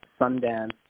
Sundance